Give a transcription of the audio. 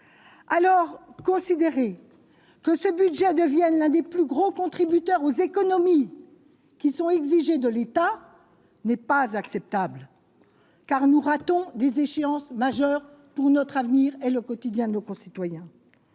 alors considéré que ce budget devienne l'un des plus gros contributeur aux économies qui sont exigées de l'État n'est pas acceptable car nous ratons des échéances majeures pour notre avenir et le quotidien de nos concitoyens,